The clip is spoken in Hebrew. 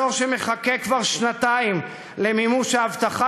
אזור שמחכה כבר שנתיים למימוש ההבטחה